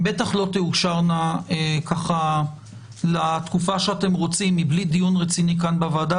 הן בטח לא תאושרנה ככה לתקופה שאתם רוצים מבלי דיון רציני כאן בוועדה,